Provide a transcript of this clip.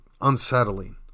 unsettling